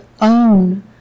own